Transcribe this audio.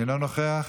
אינו נוכח,